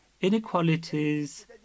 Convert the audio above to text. inequalities